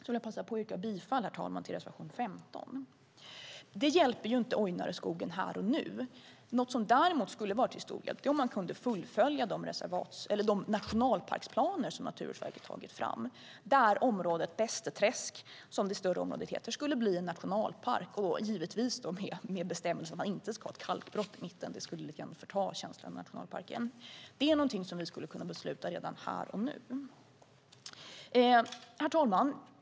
Jag passar därför på att yrka bifall till reservation 15. Detta hjälper inte Ojnareskogen här och nu. Något som däremot skulle vara till stor hjälp är om man kunde fullfölja de nationalparksplaner som Naturvårdsverket tagit fram där området Bästeträsk skulle bli en nationalpark - givetvis med bestämmelser om att det inte ska vara ett kalkbrott i mitten, för det skulle ju förta känslan av nationalpark. Detta är något som vi skulle kunna besluta om redan här och nu. Herr talman!